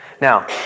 Now